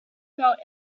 felt